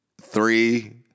three